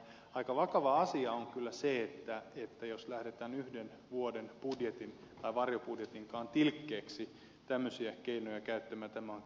aika vakava asia on kyllä se jos lähdetään yhden vuoden budjetin tai varjobudjetinkaan tilkkeeksi tämmöisiä keinoja käyttämään